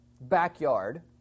backyard